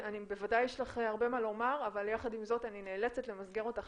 בוודאי יש לך הרבה מה לומר אבל יחד עם זאת אני נאלצת למסגר אותך